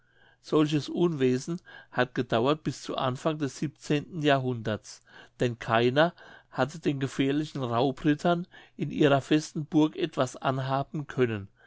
solches unwesen hat gedauert bis zu anfang des siebenzehnten jahrhunderts denn keiner hatte den gefährlichen raubrittern in ihrer festen burg etwas anhaben können